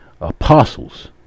apostles